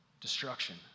Destruction